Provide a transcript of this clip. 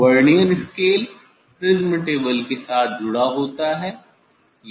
vernier scale prism table के साथ जुड़ा होता है